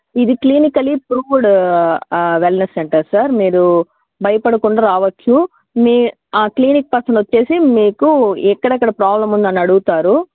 ఇది clinically proved wellness centre sir మీరు భయపడకుండా రావచ్చు మీ క్లినిక్ పక్కన వచ్చి మీకు ఎక్కడ ఎక్కడ ప్రాబ్లమ్ ఉందని అడుగుతారు